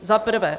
Za prvé.